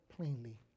plainly